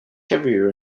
heavier